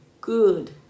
good